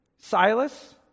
Silas